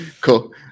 cool